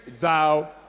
thou